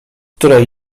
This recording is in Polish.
której